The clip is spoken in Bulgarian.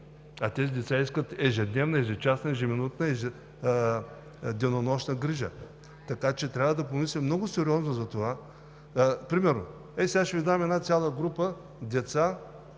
а тези деца изискват ежедневна, ежечасна, ежеминутна, денонощна грижа. Трябва да помислим много сериозно за това. Примерно ще Ви дам една цяла група деца